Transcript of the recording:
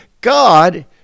God